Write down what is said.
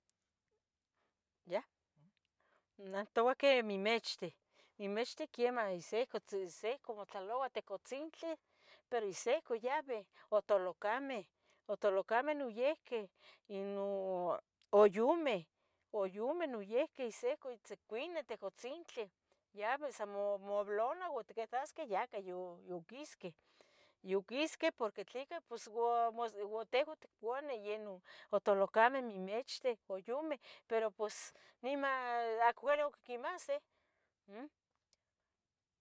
Neh ntoua que mimechti, mimechti quiemah se ehco, se ehco matlaoua ihtic gutzintli, pero isihca yabe, otolocameh, o tolocameh noyihqui, ino uyomeh, uyomeh noihqui ihsiuca tzicuinih ihtic gutzintli yabeh san moblona, tiquitasqueh yaca yo quisqueh, yoquisqueh porque tleca pos ua tehuan tcuanih yenon o tolocameh, mimechteh, uyomeh, pero pos nima acmo uele oc quimahsih, um.